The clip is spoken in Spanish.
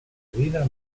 medina